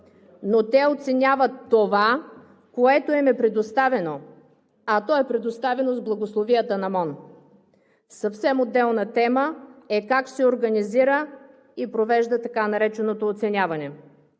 но те оценяват това, което им е предоставено, а то е предоставено с благословията на МОН. Съвсем отделна тема е как се организира и провежда така нареченото оценяване.